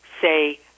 say